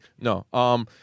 No